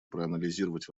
проанализировать